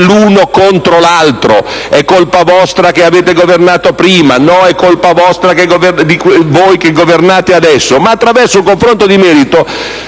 l'uno contro l'altro («È colpa di voi che avete governato prima», «No, è colpa di voi che governate adesso») ma attraverso un confronto di merito,